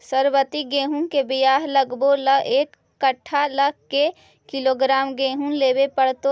सरबति गेहूँ के बियाह लगबे ल एक कट्ठा ल के किलोग्राम गेहूं लेबे पड़तै?